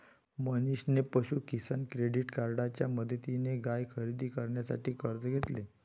मनीषने पशु किसान क्रेडिट कार्डच्या मदतीने गाय खरेदी करण्यासाठी कर्ज घेतले